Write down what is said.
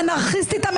האנרכיסטית,